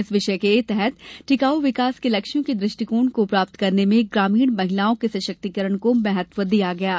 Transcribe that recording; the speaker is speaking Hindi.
इस विषय के तहत टिकाऊ विकास के लक्ष्यों के दृष्टिकोण को प्राप्त करने में ग्रामीण महिलाओं के सशक्तिकरण को महत्व दिया गया है